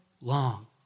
long